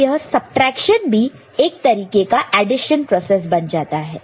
तो यहां सबट्रैक्शन भी एक एडिशन प्रोसेस बन जाता है